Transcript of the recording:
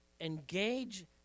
engage